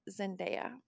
Zendaya